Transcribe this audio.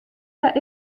hja